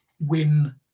win